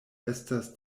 estas